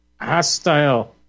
hostile